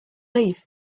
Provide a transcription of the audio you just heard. leave